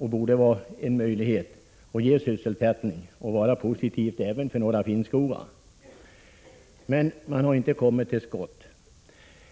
Här borde det finnas möjligheter till sysselsättning, något som skulle vara positivt även för Norra Finnskoga. Men man har inte kommit till skott.